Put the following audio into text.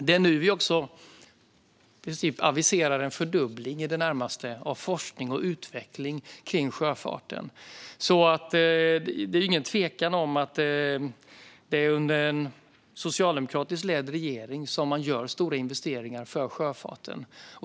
Det är nu vi också aviserar i det närmaste en fördubbling av forskning och utveckling kring sjöfarten. Det är alltså ingen tvekan om att det är under en socialdemokratiskt ledd regering som man gör stora investeringar för sjöfarten.